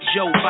Joe